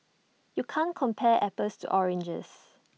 you can't compare apples to oranges